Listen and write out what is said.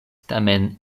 tamen